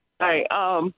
Hi